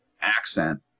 accent